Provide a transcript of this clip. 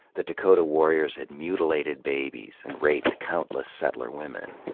that dakota warriors had mutilated babies and raped countless settler women.